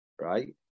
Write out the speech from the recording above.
right